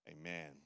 Amen